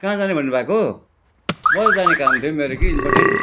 का जाने भन्नुभएको बजार जाने काम थियो मेरो कि इम्पोर्टेन्ट